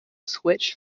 switch